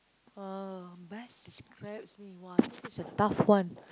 oh best describes me !wah! this is a tough one